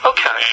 Okay